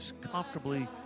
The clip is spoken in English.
comfortably